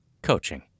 coaching